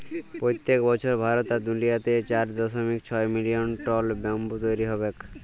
পইত্তেক বসর ভারত আর দুলিয়াতে চার দশমিক ছয় মিলিয়ল টল ব্যাম্বু তৈরি হবেক